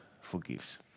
forgives